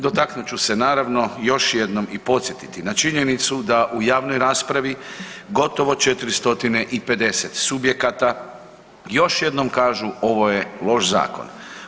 Dotaknut ću se naravno još jednom i podsjetiti na činjenicu da u javnoj raspravi gotovo 450 subjekata još jednom kažu ovo je loš zakon.